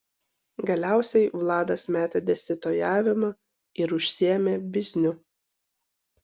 galiausiai vladas metė dėstytojavimą ir užsiėmė bizniu